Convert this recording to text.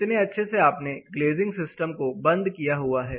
कितने अच्छे से आपने ग्लेजिंग सिस्टम को बंद किया हुआ है